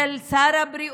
של שר הבריאות,